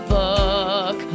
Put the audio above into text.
book